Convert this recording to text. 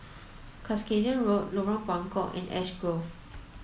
Cuscaden Road Lorong Buangkok and Ash Grove